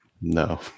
No